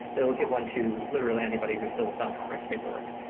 they will give one to literally anybody who fills out the correct paperwork.